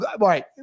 right